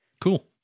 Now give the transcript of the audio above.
Cool